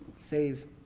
says